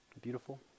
beautiful